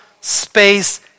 space